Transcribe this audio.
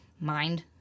mind